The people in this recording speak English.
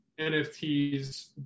NFTs